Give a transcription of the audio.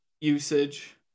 usage